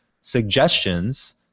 suggestions